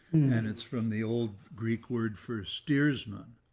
and it's from the old greek word for steersman.